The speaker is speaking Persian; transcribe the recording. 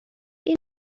این